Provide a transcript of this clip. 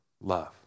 love